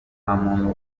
muntu